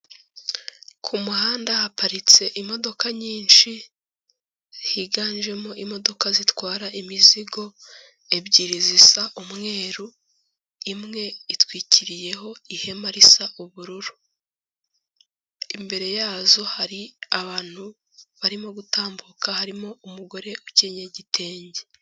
Ku muhanda haparitse imodoka nyinshi, higanjemo imodoka zitwara imizigo, ebyiri zisa umweru, imwe itwikiriye ihema risa ubururu, imbere yazo hari abantu barimo gutambuka, harimo ukenyeye igitenge.